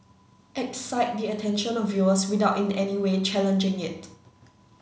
excite the attention of viewers without in any way challenging it